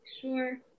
sure